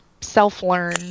self-learn